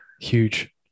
huge